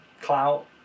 clout